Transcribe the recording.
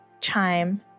chime